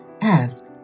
ask